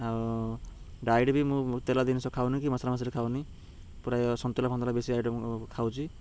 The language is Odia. ଆଉ ଡାଏଟ ବି ମୁଁ ତେଲ ଜିନିଷ ଖାଉନି କି ମସଲା ମସଲି ଖାଉନି ପ୍ରାୟ ସନ୍ତୁଳା ଫନ୍ତୁଳା ବେଶି ଆଇଟମ ଖାଉଛି